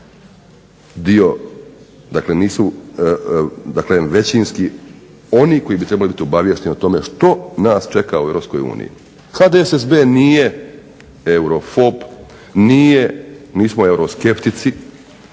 dio, dakle nisu većinski oni koji bi trebali biti obaviješteni o tome što nas čeka u Europskoj uniji. HDSSB nije eurofob, nismo euroskeptici